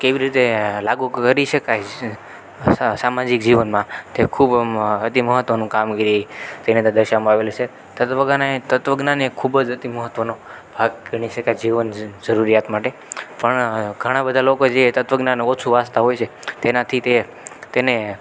કેવી રીતે લાગુ કરી શકાય છે સામાજિક જીવનમાં તે ખૂબ અતિ મહત્વનું કામગીરી તેની તે દર્શાવામાં આવેલી છે તત્વજ્ઞાન એ ખૂબ જ અતિ મહત્વનો ભાગ ગણી શકાય જીવન જરૂરિયાત માટે પણ ઘણાં બધાં લોકો જે તત્વ જ્ઞાન ઓછું વાંચતાં હોય છે તેનાથી તે તેને